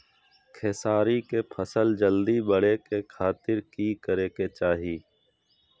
खेसारी के फसल जल्दी बड़े के खातिर की करे के चाही?